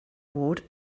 ward